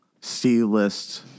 C-list